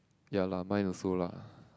ya lah mine also lah